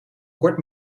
kort